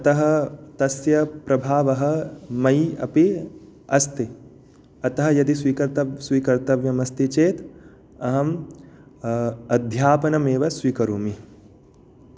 अतः तस्य प्रभावः मयि अपि अस्ति अतः यदि स्वीकर्त स्वीकर्तव्यमस्ति चेत् अहम् अध्यापनमेव स्वीकरोमि